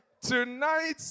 Tonight